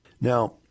Now